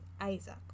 Isaac